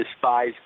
despise